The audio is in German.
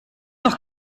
doch